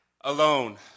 alone